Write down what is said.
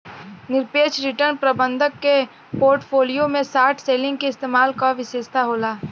निरपेक्ष रिटर्न प्रबंधक के पोर्टफोलियो में शॉर्ट सेलिंग के इस्तेमाल क विशेषता होला